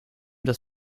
das